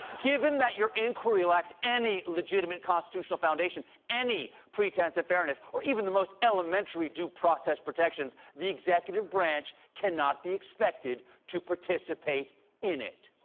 given that your inquiry lacks any legitimate constitutional foundation, any pretense of fairness, or even the most elementary due process protections, the executive branch cannot be expected to participate in it.